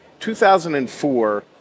2004